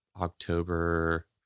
October